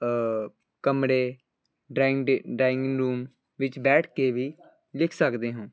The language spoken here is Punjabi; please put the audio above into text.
ਕਮਰੇ ਡਰਾ ਡਰਾਇੰਗ ਰੂਮ ਵਿਚ ਬੈਠ ਕੇ ਵੀ ਲਿਖ ਸਕਦੇ ਹੋ